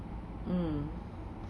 mm